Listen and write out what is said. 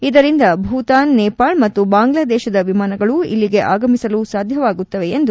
ಇದರಿಂದ ಭೂತಾನ್ ನೇಪಾಳ್ ಮತ್ತು ಬಾಂಗ್ಲಾದೇಶದ ವಿಮಾನಗಳು ಇಲ್ಲಿಗೆ ಆಗಮಿಸಲು ಸಾಧ್ಯವಾಗುತ್ತದೆ ಎಂದು ಅವರು ತಿಳಿಸಿದರು